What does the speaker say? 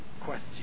question